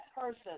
person